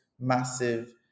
massive